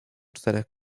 czterech